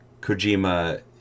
Kojima